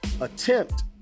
attempt